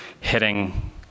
hitting